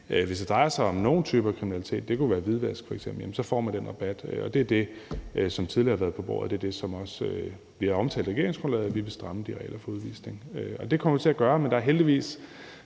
hvis det drejer sig om nogle typer af kriminalitet, det kunne f.eks. være hvidvask, får man den rabat. Det er det, som tidligere har været på bordet, og det er det, som også bliver omtalt i regeringsgrundlaget, altså at vi vil stramme de regler for udvisning. Det kommer vi til at gøre, men der er heldigvis